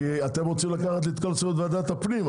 אתם רוצים לקחת לי את כל סמכויות ועדת הפנים,